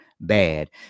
bad